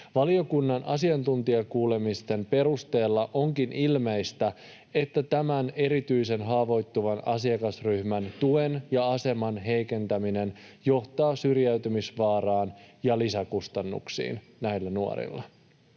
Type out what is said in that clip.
Valiokunnan asiantuntijakuulemisten perusteella onkin ilmeistä, että tämän erityisen haavoittuvan asiakasryhmän tuen ja aseman heikentäminen johtaa syrjäytymisvaaraan ja lisäkustannuksiin näillä nuorilla.